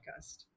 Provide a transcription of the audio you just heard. podcast